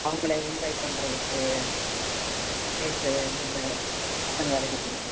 அவங்கள இன்வைட் பண்ணுறதுக்கு டீச்சரு இவங்கள பசங்களை ரெடி பண்ணுங்கள்